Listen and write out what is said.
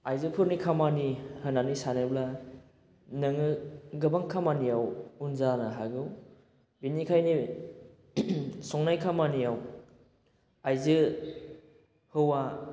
आयजोफोरनि खामानि होन्नानै सानोब्ला नोङो गोबां खामानियाव उन जानो हागौ बेनिखायनो संनाय खामानियाव आइजो हौवा